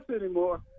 anymore